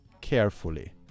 carefully